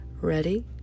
Ready